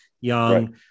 young